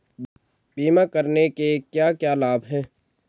बीमा करने के क्या क्या लाभ हैं?